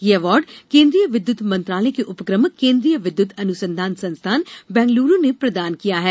यह अवार्ड केन्द्रीय विद्युत मंत्रालय के उपक्रम केन्द्रीय विद्युत अनुसंधान संस्थान बैंगलूरू ने प्रदान किया है